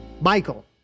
Michael